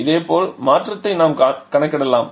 இதேபோல் மற்றதையும் நாம் கணக்கிடலாம்